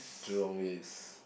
Jurong-East